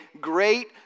great